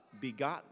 begotten